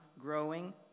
growing